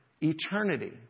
Eternity